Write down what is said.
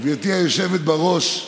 גברתי היושבת בראש,